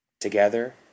Together